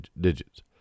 digits